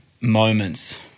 moments